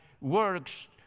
works